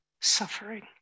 suffering